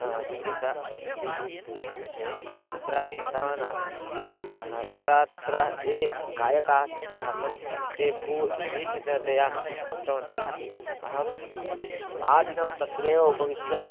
सङ्गीतपद्धति विषये तत्र गतवान् आसन् तदा तत्र ये गायकाः आसन् ते बहु समीचीनतया उक्तवन्तः अहम् आदिनं तत्रैव उपविश्य